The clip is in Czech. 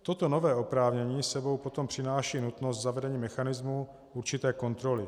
Toto nové oprávnění s sebou potom přináší nutnost zavedení mechanismu určité kontroly.